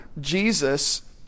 Jesus